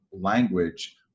language